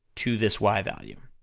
to this y value,